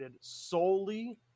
solely